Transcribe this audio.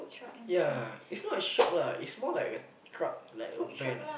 ya it's not a shop lah it's more like a truck like a van